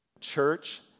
church